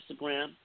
Instagram